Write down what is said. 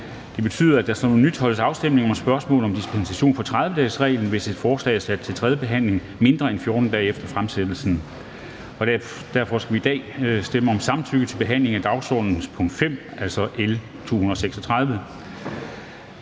Det betyder, at der som noget nyt holdes afstemning om spørgsmål om dispensation fra 30-dagesreglen, hvis et forslag er sat til tredje behandling mindre end 14 dage efter fremsættelsen. Derfor skal vi i dag stemme om samtykke til behandling af dagsordenens punkt 5, altså L 236.